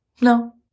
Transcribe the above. No